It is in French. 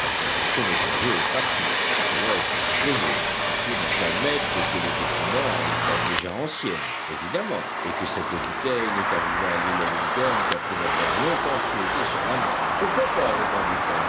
ce naufragé est parti cela est à supposer il faut donc admettre que le document a une date déjà ancienne évidemment et que cette bouteille n'est arrivée à l'île lincoln qu'après avoir longtemps flotté sur la mer pourquoi pas répondit